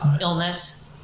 illness